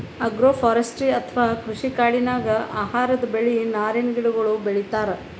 agroforestry ಅಥವಾ ಕೃಷಿ ಕಾಡಿನಾಗ್ ಆಹಾರದ್ ಬೆಳಿ, ನಾರಿನ್ ಗಿಡಗೋಳು ಬೆಳಿತಾರ್